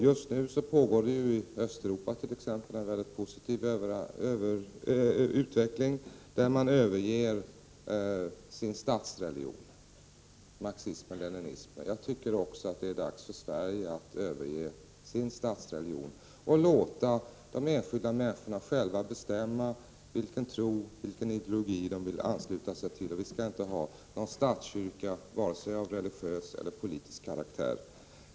Just nu pågår t.ex. en mycket positiv utveckling i Östeuropa, där man överger statsreligionen — marxismen-leninismen. Jag tycker också att det är dags att Sverige överger sin statsreligion och låter de enskilda människorna själva bestämma vilken tro och vilken ideologi de vill ansluta sig till. Vi skall inte ha någon statskyrka, vare sig av religiös eller politisk karaktär.